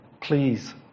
please